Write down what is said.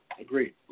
Agreed